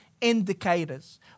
indicators